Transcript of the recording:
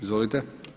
Izvolite.